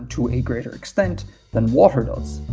to a greater extent than water does.